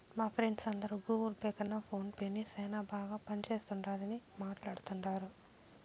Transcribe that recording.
మా ఫ్రెండ్స్ అందరు Google Pay కన్న ఫోన్ పే నే సేనా బాగా పనిచేస్తుండాదని మాట్లాడతాండారు